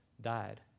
died